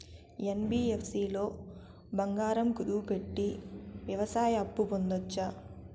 NBFC లో బంగారం కుదువు పెట్టి వ్యవసాయ అప్పు పొందొచ్చా?